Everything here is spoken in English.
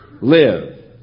Live